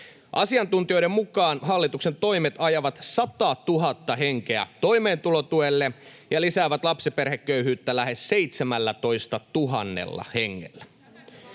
Asiantuntijoiden mukaan hallituksen toimet ajavat satatuhatta henkeä toimeentulotuelle ja lisäävät lapsiperheköyhyyttä lähes 17 000 hengellä.